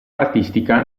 artistica